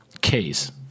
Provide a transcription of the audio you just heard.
case